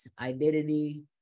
identity